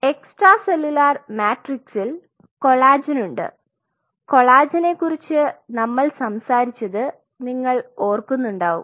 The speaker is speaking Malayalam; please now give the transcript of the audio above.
എക്സ്ട്രാ സെല്ലുലാർ മാട്രിക്സിൽ കൊളാജൻ ഉണ്ട് കൊളാജനെക്കുറിച്ച് നമ്മൾ സംസാരിച്ചത് നിങ്ങൾ ഓർക്കുന്നുണ്ടാവും